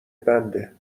بنده